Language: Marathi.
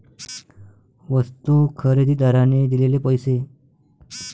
वस्तू खरेदीदाराने दिलेले पैसे